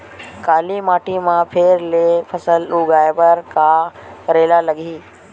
काली माटी म फेर ले फसल उगाए बर का करेला लगही?